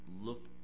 look